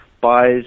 buys